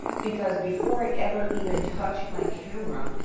because before i ever even touch my camera,